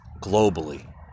globally